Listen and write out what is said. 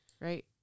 right